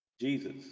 jesus